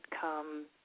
come